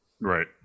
Right